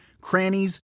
crannies